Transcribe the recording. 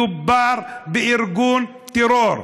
מדובר בארגון טרור.